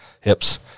hips